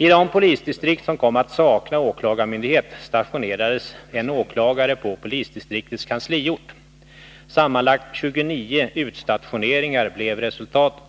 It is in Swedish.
I de polisdistrikt som kom att sakna åklagarmyndighet stationerades en åklagare på polisdistriktets kansliort. Sammanlagt 29 utstationeringar blev resultatet.